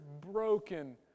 broken